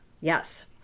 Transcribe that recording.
Yes